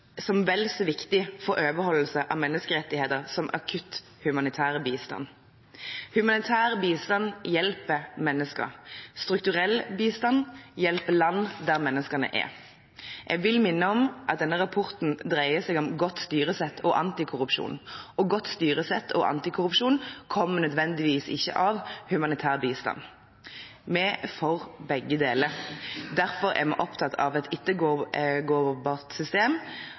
som vel så viktig for overholdelse av menneskerettigheter som akutt humanitær bistand. Humanitær bistand hjelper mennesker, strukturell bistand hjelper land der menneskene er. Jeg vil minne om at denne rapporten dreier seg om godt styresett og antikorrupsjon, og godt styresett og antikorrupsjon kommer ikke nødvendigvis av humanitær bistand. Vi er for begge deler. Derfor er vi opptatt av et system